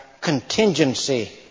contingency